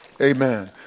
amen